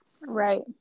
Right